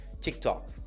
TikTok